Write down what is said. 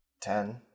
Ten